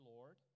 Lord